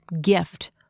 gift